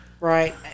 Right